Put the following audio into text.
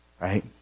right